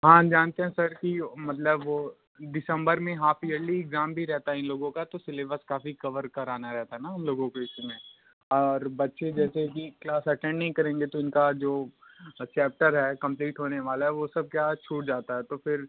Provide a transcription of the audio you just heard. हाँ हम जानते हैं सर कि मतलब वो दिसंबर में हाफ़ इयरली एग्ज़ाम भी रहता है इन लोगों का तो सिलेबस काफ़ी कवर कराना रहता है ना उन लोगो को इस समय और बच्चे जैसे कि क्लास एटेंड नहीं करेंगे तो इनका जो चैप्टर है कंप्लीट होने वाला है वो सब क्या है छूट जाता है तो फिर